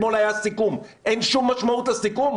אתמול בלילה סיכמנו דברים,